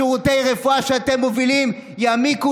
שירותי הרפואה שאתם מובילים יעמיקו,